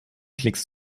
klicks